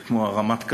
זה כמו הרמת כדור.